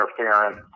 interference